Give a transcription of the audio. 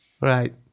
Right